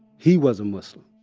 he was a muslim.